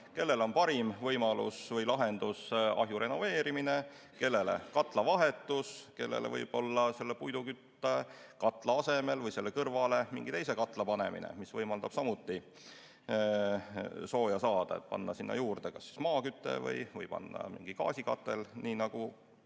Kellele on parim võimalus või lahendus ahju renoveerimine, kellele katla vahetus, kellele võib-olla puiduküttekatla asemele või selle kõrvale mingi teise katla panemine, mis võimaldab samuti sooja saada, panna sinna juurde kas maaküte või panna mingi gaasikatel, nii nagu